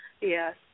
Yes